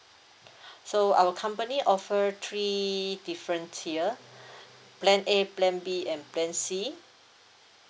so our company offer three different tier plan A plan B and plan C